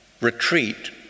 Retreat